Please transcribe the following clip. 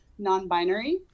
non-binary